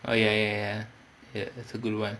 oh ya ya ya ya that's a good one